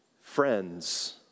friends